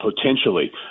potentially